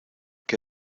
que